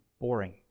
boring